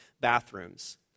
bathrooms